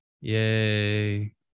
Yay